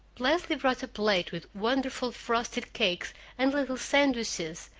leslie brought a plate with wonderful frosted cakes and little sandwiches,